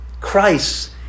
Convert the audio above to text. Christ